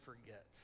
forget